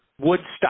Woodstock